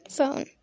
Phone